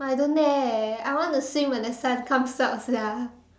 like I don't dare eh I want to swim when the sun comes up sia